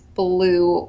blue